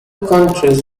countries